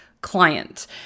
client